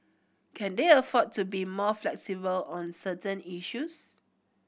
can they afford to be more flexible on certain issues